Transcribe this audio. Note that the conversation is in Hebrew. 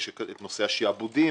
יש את נושא השיעבודים